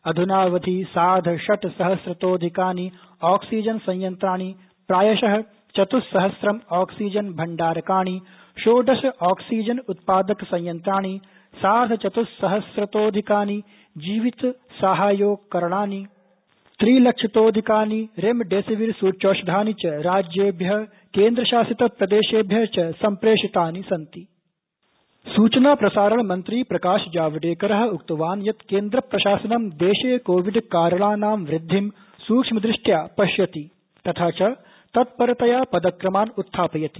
अध्नावधि सार्धषट्सहस्रतोधिकानि आक्सीजनसंयन्त्राणि प्रायशः चत्स्सहस्रम आक्सीजनभण्डारकाणि षोडश आक्सीजन उत्पादकसंयन्त्राणि सार्धचत्स्सहस्रतोधिकानि जीवितसाहाय्योकरणानि रेमेडिविसरसूच्यौषधानि च राज्येभ्यः केन्द्रशासितप्रदेशेभ्यः च सम्प्रेषितानि सन्ति सूचना प्रसारण मंत्री प्रकाश जावडेकरः सूचना प्रसारण मंत्री प्रकाश जावडेकरः उक्तवान यत केन्द्रप्रशासनं देशे कोविडाकरणानां वृद्धिं सुक्ष्मदृष्ट्या पश्यति तथा च तत्परतया पदक्रमान ा उत्थापयति